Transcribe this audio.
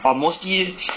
but mostly